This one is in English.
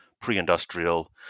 pre-industrial